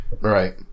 Right